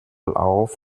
auf